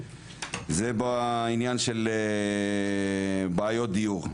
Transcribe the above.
זה בעניין של בעיות דיור.